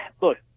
look –